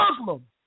muslim